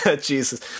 Jesus